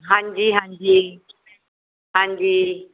ਹਾਂਜੀ ਹਾਂਜੀ ਹਾਂਜੀ